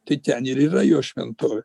tai ten ir yra jo šventovė